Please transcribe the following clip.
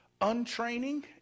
untraining